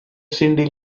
cindy